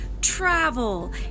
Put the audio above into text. travel